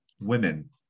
women